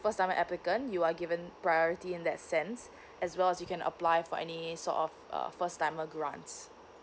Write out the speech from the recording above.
first timer applicant you are given priority in that sense as well as you can apply for any sort of uh first timer grants